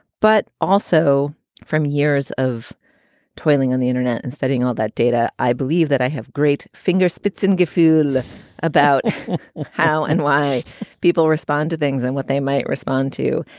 but also from years of toiling on the internet and setting all that data. i believe that i have great fingers spits in gifu about how and why people respond to things and what they might respond to.